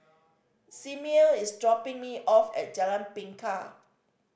Simmie is dropping me off at Jalan Bingka